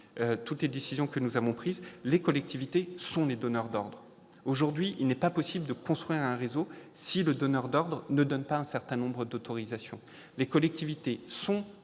toutes les décisions que nous avons prises, c'est que les collectivités sont les donneurs d'ordre. Aujourd'hui, il n'est pas possible de construire un réseau si le donneur d'ordre ne fournit pas un certain nombre d'autorisations. Le rôle des collectivités en